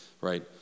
right